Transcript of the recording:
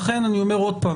לכן אני אומר שוב,